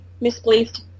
misplaced